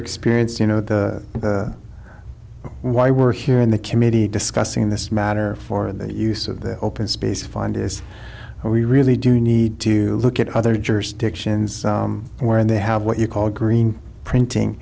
experience you know the why we're here in the committee discussing this matter for the use of this open space to find is we really do need to look at other jurisdictions where they have what you call green printing